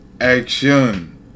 Action